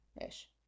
ish